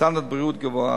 לסטנדרט בריאות גבוה.